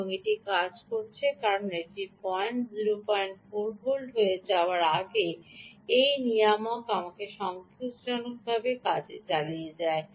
যা এটি কাজ করে চলেছে কারণ এই পয়েন্টটি 04 ভোল্ট হয়ে যাওয়ার আগে এই নিয়ামক আমরা সন্তোষজনকভাবে কাজ চালিয়ে যাব